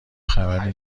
خبری